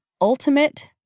ultimate